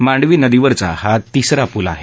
मांडवी नदीवरचा हा तिसरा पूल आहे